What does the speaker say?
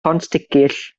pontsticill